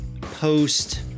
post